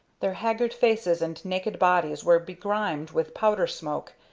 their haggard faces and naked bodies were begrimed with powder-smoke,